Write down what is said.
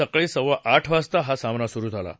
सकाळी सव्वा आठ वाजता हा सामना सुरु झाला आहे